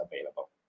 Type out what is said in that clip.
available